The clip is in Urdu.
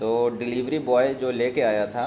تو ڈلیوری بوائے جو لے کے آیا تھا